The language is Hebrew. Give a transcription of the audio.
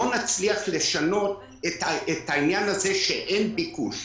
לא נצליח לשנות את העניין הזה שאין ביקוש.